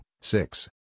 Six